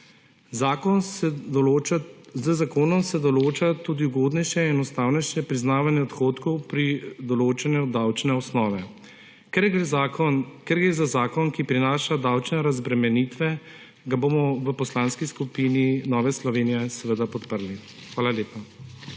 Z zakonom se določa tudi ugodnejše, enostavnejše priznavanje odhodkov pri določanju davčne osnove. Ker gre za zakon, ki prinaša davčne razbremenitve, ga bomo v Poslanski skupini Nova Slovenija – krščanski demokrati seveda podprli. Hvala lepa.